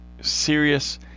serious